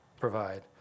provide